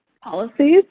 policies